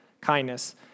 kindness